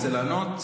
רוצה לענות?